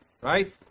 right